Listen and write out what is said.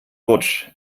rutsch